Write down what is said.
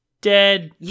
dead